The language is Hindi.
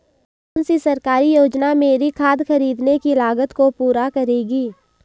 कौन सी सरकारी योजना मेरी खाद खरीदने की लागत को पूरा करेगी?